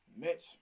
Mitch